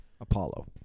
Apollo